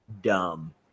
dumb